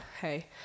hey